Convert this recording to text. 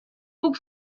puc